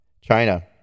China